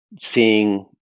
seeing